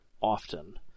often